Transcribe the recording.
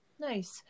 Nice